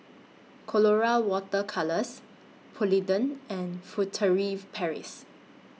Colora Water Colours Polident and Furtere Paris